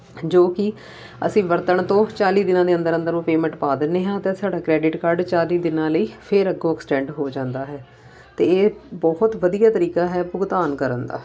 ਜੋ ਕਿ ਅਸੀਂ ਵਰਤਣ ਤੋਂ ਚਾਲੀ ਦਿਨਾਂ ਦੇ ਅੰਦਰ ਅੰਦਰ ਉਹ ਪੇਮੈਂਟ ਪਾ ਦਿੰਦੇ ਹਾਂ ਤਾਂ ਸਾਡਾ ਕ੍ਰੈਡਿਟ ਕਾਰਡ ਚਾਲੀ ਦਿਨਾਂ ਲਈ ਫਿਰ ਅੱਗੋਂ ਐਕਸਟੈਂਡ ਹੋ ਜਾਂਦਾ ਹੈ ਅਤੇ ਇਹ ਬਹੁਤ ਵਧੀਆ ਤਰੀਕਾ ਹੈ ਭੁਗਤਾਨ ਕਰਨ ਦਾ